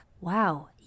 wow